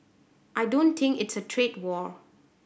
I don't think it's a trade war